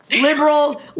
liberal